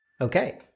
Okay